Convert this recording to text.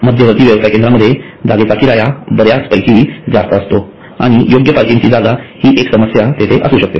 मध्यवर्ती व्यावसायिक केंद्रामध्ये जागेचा किराया बऱ्यापैकी जास्त असतो आणि योग्य पार्किंगची जागा ही एक समस्या तेथे असू शकते